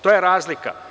To je razlika.